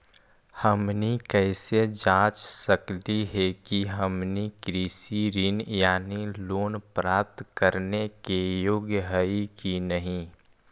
हमनी कैसे जांच सकली हे कि हमनी कृषि ऋण यानी लोन प्राप्त करने के योग्य हई कि नहीं?